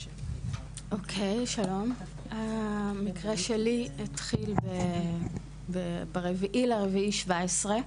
שלום, המקרה שלי התחיל ב-4 באפריל 2017,